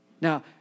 Now